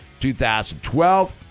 2012